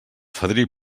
fadrí